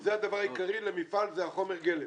שזה הדבר העיקרי למפעל, זה חומר הגלם.